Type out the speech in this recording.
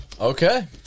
Okay